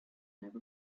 type